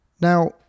Now